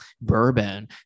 bourbon